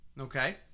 Okay